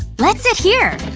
let's sit here